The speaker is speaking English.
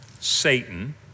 Satan